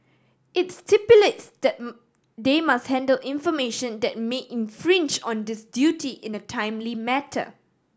it stipulates that they must handle information that may infringe on this duty in a timely matter